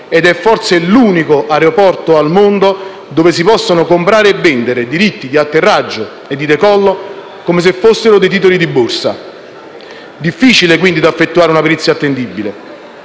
ed è forse l'unico aeroporto al mondo dove si possono comprare e vendere diritti di atterraggio e decollo come se fossero titoli di borsa. Difficile quindi effettuare una perizia attendibile.